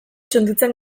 txunditzen